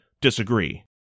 disagree